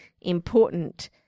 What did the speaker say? important